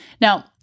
Now